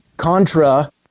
Contra